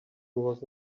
was